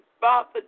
Father